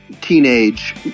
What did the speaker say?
teenage